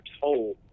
told